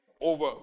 over